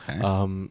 Okay